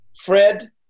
Fred